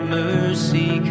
mercy